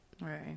Right